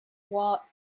wall